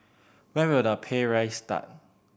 when will the pay raise start